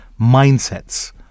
mindsets